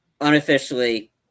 unofficially